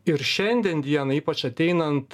ir šiandien dienai ypač ateinant